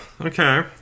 okay